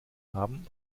haben